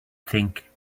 think